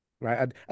right